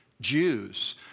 Jews